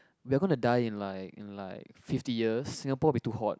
we're going to die in like in like fifty years Singapore be too hot